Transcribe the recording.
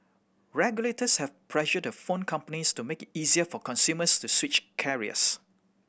regulators have pressured the phone companies to make it easier for consumers to switch carriers